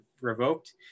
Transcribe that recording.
revoked